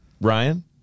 Ryan